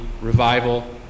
revival